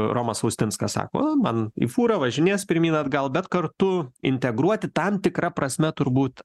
romas austinskas sako man į fūrą važinės pirmyn atgal bet kartu integruoti tam tikra prasme turbūt